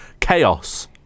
Chaos